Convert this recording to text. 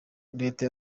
leta